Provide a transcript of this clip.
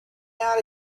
out